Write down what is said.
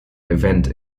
event